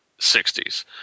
60s